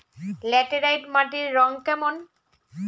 Laterite মাটির রং কেমন?